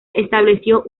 estableció